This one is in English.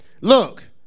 Look